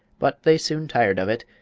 but they soon tired of it,